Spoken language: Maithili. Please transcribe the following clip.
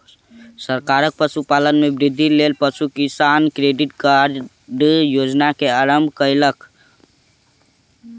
सरकार पशुपालन में वृद्धिक लेल पशु किसान क्रेडिट कार्ड योजना के आरम्भ कयलक